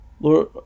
Lord